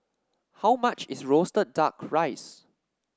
how much is roasted duck rice